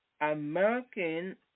American